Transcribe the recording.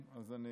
אז אני